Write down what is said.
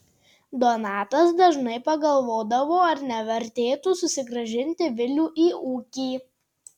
donatas dažnai pagalvodavo ar nevertėtų susigrąžinti vilių į ūkį